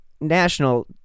national